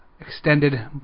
extended